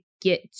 get